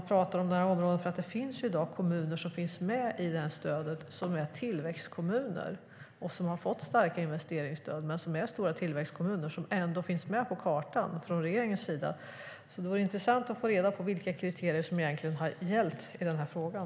I dag finns det kommuner som är stora tillväxtkommuner men ändå har fått starka investeringsstöd och finns med på regeringens karta. Det vore intressant att få reda på vilka kriterier som egentligen har gällt i den här frågan.